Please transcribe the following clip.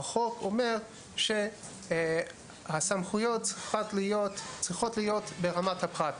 אלא אומר שהסמכויות צריכות להיות בין עוזר הרופא